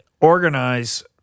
organize